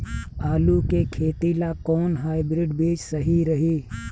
आलू के खेती ला कोवन हाइब्रिड बीज सही रही?